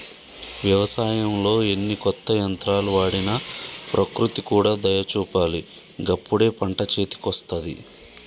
వ్యవసాయంలో ఎన్ని కొత్త యంత్రాలు వాడినా ప్రకృతి కూడా దయ చూపాలి గప్పుడే పంట చేతికొస్తది